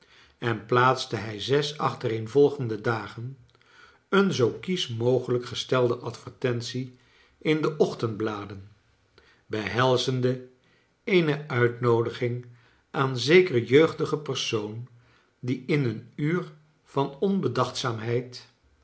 en plaatste hij zes achtereenvolgende dagen een zoo kiesch mogelijk gestelde advertentie in de ochtendbladen behelzende eene uitnoodiging aan zeker jeugdige per soon die in een uur van onbedachtzaamheid